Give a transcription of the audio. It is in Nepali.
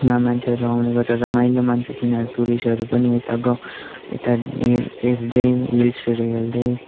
पुरा मान्छेहरू आउने गर्छ रमाइलो मान्छ तिनीहरू टुरिस्टहरू पनि यता ग यता हेर् हेर्दै हिल्सहरू हेर्दै